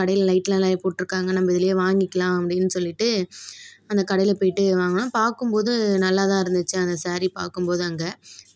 கடையில் லைட்லாம் நெறைய போட்டிருக்காங்க நம்ப இதில் வாங்கிக்கலாம் அப்படின்னு சொல்லிட்டு அந்த கடையில் போய்ட்டு வாங்கினோம் பார்க்கும்போது நல்லாதான் இருந்துச்சு அந்த சாரீ பார்க்கும்போது அங்கே